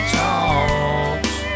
talks